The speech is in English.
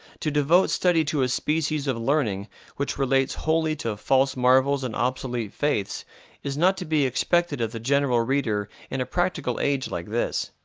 to devote study to a species of learning which relates wholly to false marvels and obsolete faiths is not to be expected of the general reader in a practical age like this.